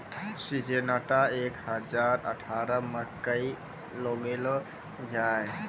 Syngenta एक हजार अठारह मकई लगैलो जाय?